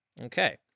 Okay